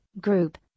group